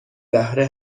بهره